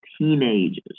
teenagers